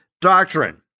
doctrine